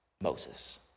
Moses